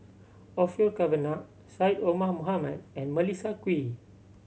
Orfeur Cavenagh Syed Omar Mohamed and Melissa Kwee